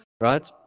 right